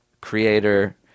creator